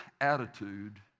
attitude